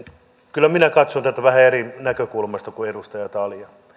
kyllä minä katson tätä vähän eri näkökulmasta kuin edustaja talja